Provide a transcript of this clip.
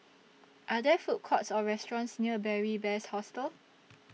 Are There Food Courts Or restaurants near Beary Best Hostel